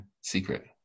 secret